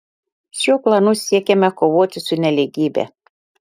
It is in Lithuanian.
šiuo planu siekiama kovoti su nelygybe